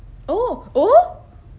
oh oh